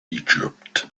egypt